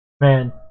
man